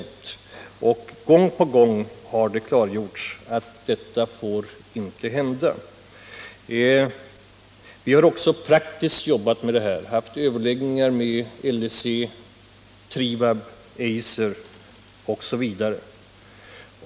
Vid varje sammanträffande har det klargjorts att länet inte har råd med en nedläggning. Vi har även jobbat praktiskt med detta och haft överläggningar med Lic, Tribab, Eiser osv.